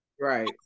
right